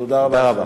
תודה רבה.